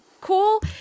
cool